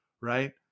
right